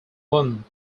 won